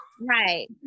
right